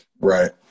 right